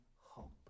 hope